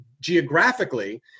geographically